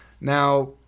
Now